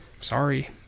Sorry